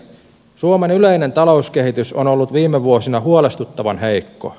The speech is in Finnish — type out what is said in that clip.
suomen yleinen talouskehitys on ollut viime vuosina huolestuttavan heikko